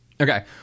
Okay